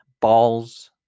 balls